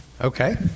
Okay